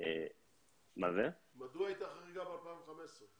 הייתה חריגה ב-2015?